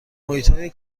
محیطهای